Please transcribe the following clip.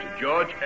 George